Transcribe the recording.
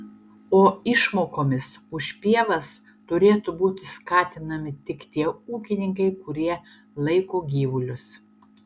o išmokomis už pievas turėtų būtų skatinami tik tie ūkininkai kurie laiko gyvulius